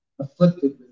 afflicted